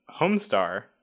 homestar